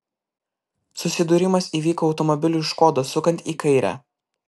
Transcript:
susidūrimas įvyko automobiliui škoda sukant į kairę